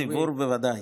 הציבור בוודאי.